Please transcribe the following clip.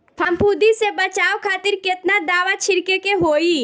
फाफूंदी से बचाव खातिर केतना दावा छीड़के के होई?